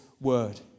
word